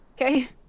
Okay